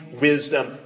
wisdom